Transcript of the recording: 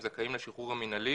הם זכאים לשחרור המינהלי